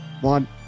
one